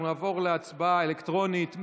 אנחנו נעבור להצבעה אלקטרונית.